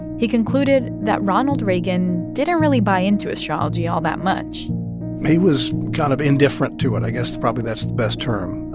he concluded that ronald reagan didn't really buy into astrology all that much he was kind of indifferent to it. i guess probably that's the best term.